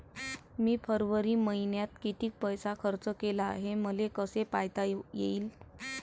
मी फरवरी मईन्यात कितीक पैसा खर्च केला, हे मले कसे पायता येईल?